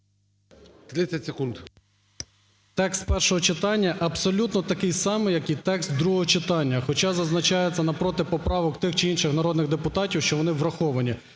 Текст першого читання абсолютно такий самий, як і текст другого читання, хоча зазначається напроти поправок тих чи інших народних депутатів, що вони враховані.